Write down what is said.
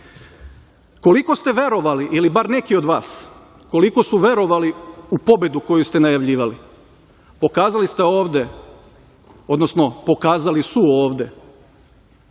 koliko ste verovali, ili bar neki od vas koliko su verovali u pobedu koju ste najavljivali, pokazali ste ovde, odnosno pokazali su ovde